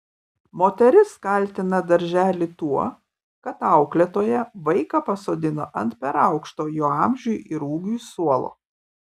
moteris kaltina darželį tuo kad auklėtoja vaiką pasodino ant per aukšto jo amžiui ir ūgiui suolo